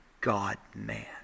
God-man